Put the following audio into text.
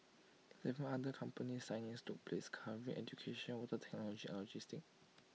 Seven other company signings took place covering education water technology and logistics